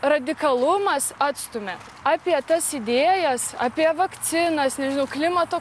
radikalumas atstumia apie tas idėjas apie vakcinas nežinau klimato